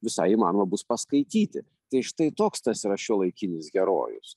visai įmanoma bus paskaityti tai štai toks tas yra šiuolaikinis herojus